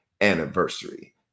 anniversary